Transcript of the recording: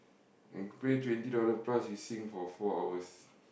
and pay twenty dollars plus you sing for four hours